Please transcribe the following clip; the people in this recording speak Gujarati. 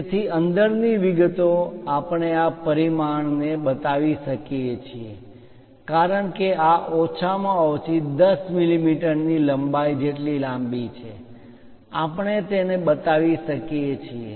તેથી અંદરની વિગતો આપણે આ પરિમાણને પણ બતાવી શકીએ છીએ કારણ કે આ ઓછામાં ઓછી 10 મી મી લંબાઈ જેટલી લાંબી છે આપણે તેને બતાવી શકીએ છીએ